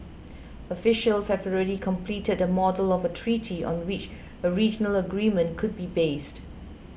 officials have already completed a model of a treaty on which a regional agreement could be based